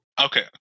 okay